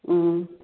ꯎꯝ